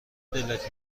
دلت